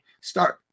start